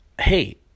Hey